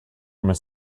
miss